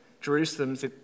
Jerusalem's